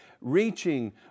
reaching